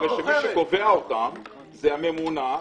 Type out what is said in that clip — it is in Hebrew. ומי שקובע אותן זו הממונה,